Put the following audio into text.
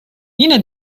yine